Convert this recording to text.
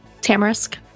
Tamarisk